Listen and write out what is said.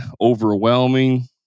overwhelming